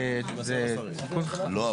לא,